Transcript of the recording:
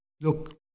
look